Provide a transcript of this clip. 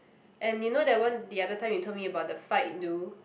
and you know that one the other time you told me about the Fight-Do